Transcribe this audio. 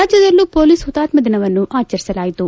ರಾಜ್ಞದಲ್ಲೂ police ಹುತಾತ್ನ ದಿನವನ್ನು ಆಚರಿಸಲಾಯಿತು